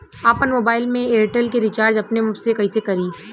आपन मोबाइल में एयरटेल के रिचार्ज अपने से कइसे करि?